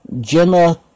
Jenna